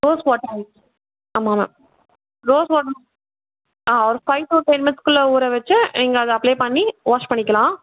rose water ஆமாம் ma'am rose water ஆ ஒரு ஃபைவ் டு டென் மினிட்ஸ்குள்ளே ஊற வச்சு நீங்கள் அதை அப்ளே பண்ணி வாஷ் பண்ணிக்கலாம்